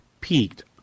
peaked